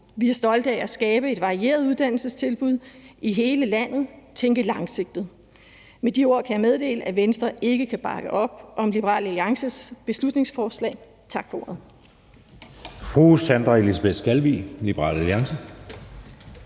Vi er stolte af at skabe et varieret uddannelsestilbud i hele landet og tænke langsigtet. Med de ord kan jeg meddele, at Venstre ikke kan bakke op om Liberal Alliances beslutningsforslag. Tak for ordet.